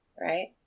right